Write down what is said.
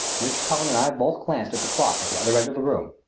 mr. cullen and i both glanced at the clock at the other end of the room.